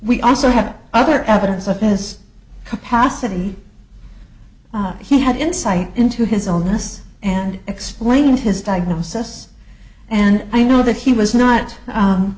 we also have other evidence of his capacity he had insight into his illness and explaining his diagnosis and i know that he was not